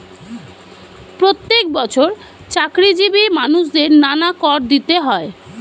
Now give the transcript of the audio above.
প্রত্যেক বছর চাকরিজীবী মানুষদের নানা কর দিতে হয়